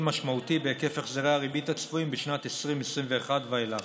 משמעותי בהיקף החזרי הריבית הצפויים בשנים 2021 ואילך.